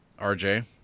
RJ